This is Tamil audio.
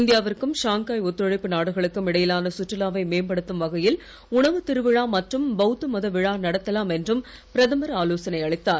இந்தியா விற்கும் ஷாங்காய் ஒத்துழைப்பு நாடுகளுக்கும் இடையிலான சுற்றுலாவை மேம்படுத்தும் வகையில் டணவுத் திருவிழா மற்றும் பௌத்த மத விழா நடத்தலாம் என்றும் பிரதமர் ஆலோசனை அளித்தார்